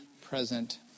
present